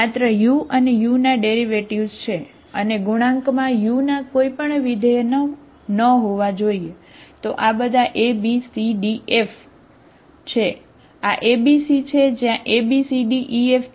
માત્ર u અને u ના ડેરિવેટિવ્ઝ છે બરાબર